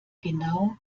genau